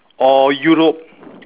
or Europe